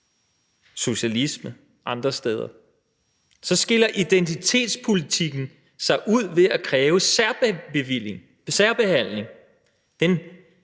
socialisme andre steder, så skiller identitetspolitikken sig ud ved at kræve særbehandling.